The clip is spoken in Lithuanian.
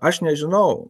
aš nežinau